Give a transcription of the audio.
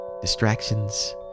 distractions